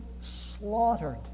slaughtered